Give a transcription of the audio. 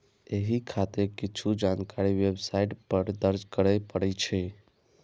एहि खातिर किछु जानकारी वेबसाइट पर दर्ज करय पड़ै छै